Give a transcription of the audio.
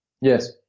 Yes